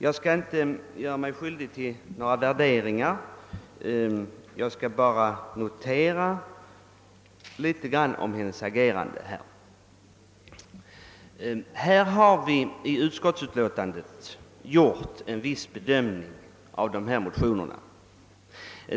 Jag skall inte göra några värderingar av hennes agerande här. I utskottsutlåtandet har vi gjort en viss bedömning av de motioner som behandlas.